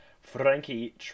Frankie